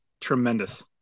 tremendous